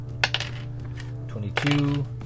22